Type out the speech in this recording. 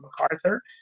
MacArthur